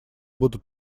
будут